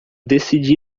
decidi